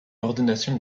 ordination